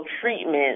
treatment